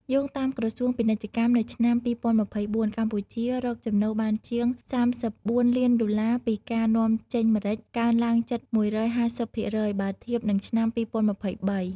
យោងតាមក្រសួងពាណិជ្ជកម្ម នៅឆ្នាំ ២០២៤ កម្ពុជារកចំណូលបានជាង ៣៤ លានដុល្លារ ពីការនាំចេញម្រេច កើនឡើងជិត ១៥០% បើធៀបនឹងឆ្នាំ ២០២៣។